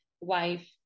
wife